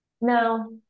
No